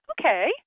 Okay